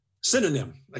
synonym